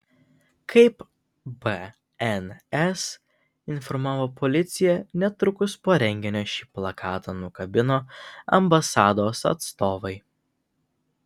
kaip bns informavo policija netrukus po renginio šį plakatą nukabino ambasados atstovai